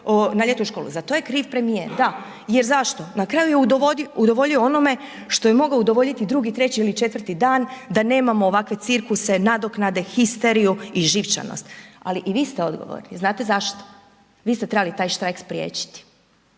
na ljeto u školu, za to je kriv premijer, da, jer zašto? Na kraju je udovoljio onome što je mogao udovoljiti drugi, treći ili četvrti dan da nemamo ovakve cirkuse nadoknade, histeriju i živčanost, ali i vi ste odgovorni. Znate zašto? Vi ste trebali taj štrajk spriječiti,